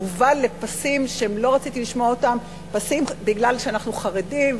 ובא לפסים שלא רציתי לשמוע אותם: מפני שאנחנו חרדים,